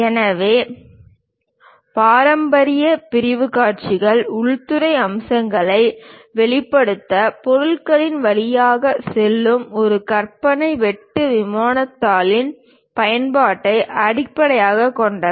எனவே பாரம்பரிய பிரிவு காட்சிகள் உள்துறை அம்சங்களை வெளிப்படுத்த பொருளின் வழியாக செல்லும் ஒரு கற்பனை வெட்டு விமானத்தின் பயன்பாட்டை அடிப்படையாகக் கொண்டவை